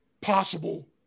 possible